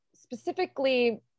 specifically